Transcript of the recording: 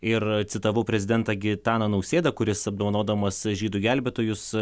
ir citavau prezidentą gitaną nausėdą kuris apdovanodamas žydų gelbėtojus